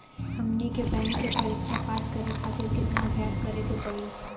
हमनी के बैंक के परीक्षा पास करे खातिर केतना अभ्यास करे के पड़ी?